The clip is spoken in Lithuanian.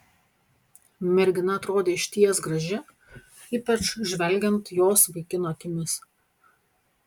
mergina atrodė išties graži ypač žvelgiant jos vaikino akimis